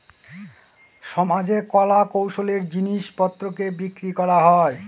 সমাজে কলা কৌশলের জিনিস পত্রকে বিক্রি করা হয়